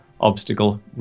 obstacle